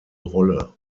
rolle